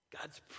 God's